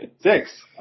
Six